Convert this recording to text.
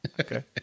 okay